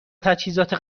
تجهیزات